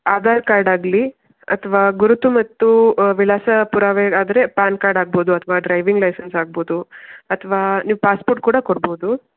Aadhaar card ಆಗಲಿ ಅಥವಾ ಗುರುತು ಮತ್ತು ವಿಳಾಸ ಪುರಾವೆ ಆದರೆ ಪಾನ್ ಕಾರ್ಡ್ ಆಗ್ಬೋದು ಅಥವಾ ಡ್ರೈವಿಂಗ್ ಲೈಸೆನ್ಸ್ ಆಗ್ಬೋದು ಅಥವಾ ನೀವು ಪಾಸ್ಪೋರ್ಟ್ ಕೂಡ ಕೊಡ್ಬೋದು